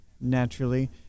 naturally